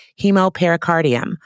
hemopericardium